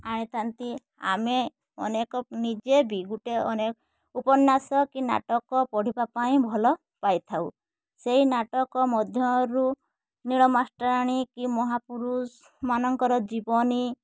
ଆଣିଥାନ୍ତି ଆମେ ଅନେକ ନିଜେ ବି ଗୋଟେ ଅନେକ ଉପନ୍ୟାସ କି ନାଟକ ପଢ଼ିବା ପାଇଁ ଭଲପାଇଥାଉ ସେହି ନାଟକ ମଧ୍ୟରୁ ନୀଳ ମାଷ୍ଟ୍ରାଣୀ କି ମହାପୁରୁଷମାନଙ୍କର ଜୀବନୀ